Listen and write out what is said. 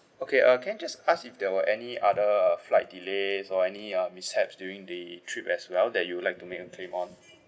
okay uh can I just ask if there were any other uh flight delays or any uh mishaps during the trip as well that you would like to make a claim on